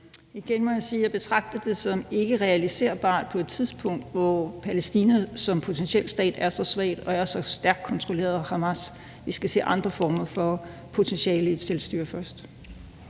Igen må jeg sige, at jeg betragter det som ikke realiserbart på et tidspunkt, hvor Palæstina som potentiel stat er så svag og er så stærkt kontrolleret af Hamas. Vi skal se andre former for potentiale i et selvstyre først.